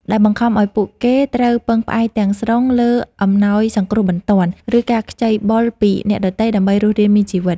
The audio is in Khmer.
ដែលបង្ខំឱ្យពួកគេត្រូវពឹងផ្អែកទាំងស្រុងលើអំណោយសង្គ្រោះបន្ទាន់ ឬការខ្ចីបុលពីអ្នកដទៃដើម្បីរស់រានមានជីវិត។